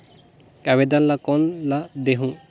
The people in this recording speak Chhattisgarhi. आवेदन ला कोन ला देहुं?